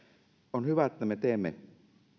on hyvä että me teemme